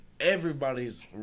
everybody's